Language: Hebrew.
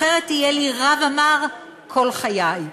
אחרת יהיה לי רע ומר כל חיי".